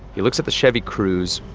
he looks at the chevy cruze,